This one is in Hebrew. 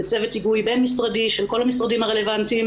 בצוות היגוי בין-משרדי של כל המשרדים הרלבנטיים,